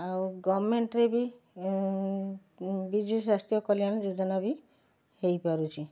ଆଉ ଗଭର୍ଣ୍ଣମେଣ୍ଟରେ ବି ବିଜୁ ସ୍ୱାସ୍ଥ୍ୟ କଲ୍ୟାଣ ଯୋଜନା ବି ହେଇପାରୁଛି